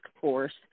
force